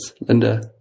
Linda